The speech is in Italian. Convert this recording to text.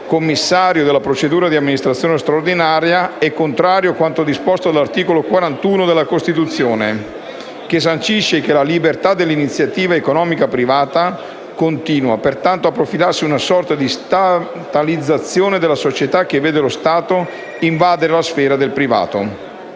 commissario della procedura di amministrazione straordinaria, è contrario a quanto disposto dall'articolo 41 della Costituzione, che sancisce la libertà dell'iniziativa economica privata. Continua pertanto a profilarsi una sorta di statalizzazione della società che vede lo Stato invadere la sfera del privato.